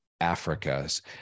Africa's